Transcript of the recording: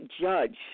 judge